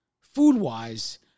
food-wise